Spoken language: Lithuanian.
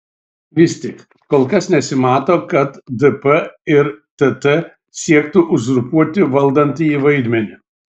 vis tik kol kas nesimato kad dp ir tt siektų uzurpuoti valdantįjį vaidmenį